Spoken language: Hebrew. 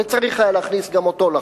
וצריך היה להכניס גם אותו לחוק.